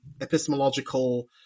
epistemological